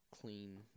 clean